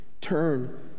turn